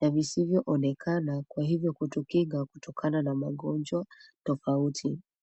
na visivyoonekana kwa hivyo kutukinga kutokana na magonjwa tofauti.